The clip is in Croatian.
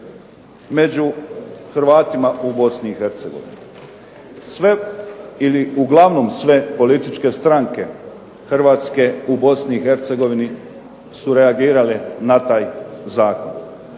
među Hrvatima u Bosni i Hercegovini. Sve ili uglavnom sve političke stranke Hrvatske u Bosni i Hercegovini su reagirale na taj zakon.